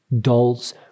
dolls